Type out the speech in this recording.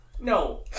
No